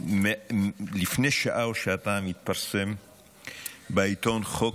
לפני שעה או שעתיים התפרסם בעיתון חוק